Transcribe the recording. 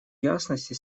ясности